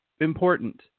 important